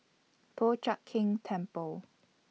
Po Chiak Keng Temple